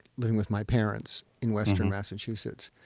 living with my parents in western massachusetts,